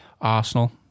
Arsenal